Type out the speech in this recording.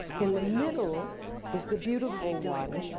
in the middle is the beautiful one.